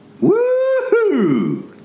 Woo-hoo